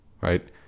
right